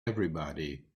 everybody